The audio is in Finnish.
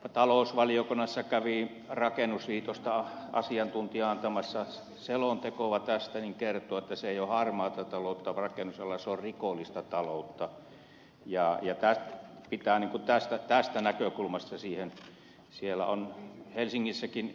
kun talousvaliokunnassa kävi rakennusliitosta asiantuntija antamassa selontekoa tästä niin kertoi että se ei ole harmaata taloutta rakennusalalla se on rikollista taloutta ja pitää niin kuin tästä näkökulmasta sitä katsoa